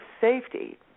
safety